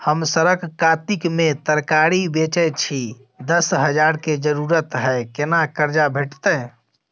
हम सरक कातिक में तरकारी बेचै छी, दस हजार के जरूरत हय केना कर्जा भेटतै?